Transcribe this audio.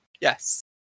Yes